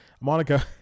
Monica